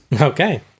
Okay